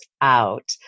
out